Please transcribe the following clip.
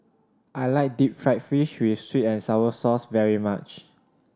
I like deep fried fish with sweet and sour sauce very much